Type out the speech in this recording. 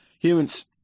Humans